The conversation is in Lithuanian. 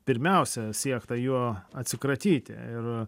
pirmiausia siekta juo atsikratyti ir